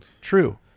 True